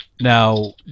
Now